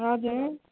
हजुर